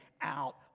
Out